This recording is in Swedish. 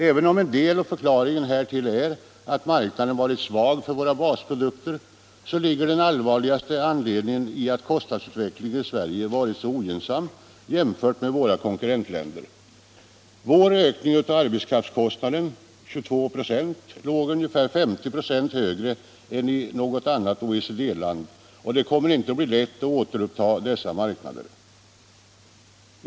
Även om en del av förklaringen härtill är att marknaden varit svag för våra basprodukter ligger den allvarligaste anledningen i att kostnadsutvecklingen i Sverige varit så ogynnsam jämfört med våra konkurrentländers. Vår ökning av arbetskraftskostnaden — 22 96 — låg ungefär 50 26 högre än något annat OECD-lands, och det kommer inte att bli lätt att återta dessa marknader.